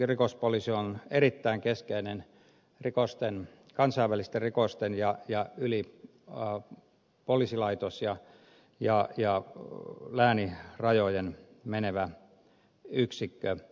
keskusrikospoliisi on erittäin keskeinen kansainvälisten rikosten ja yli poliisilaitos ja läänirajojen menevä yksikkö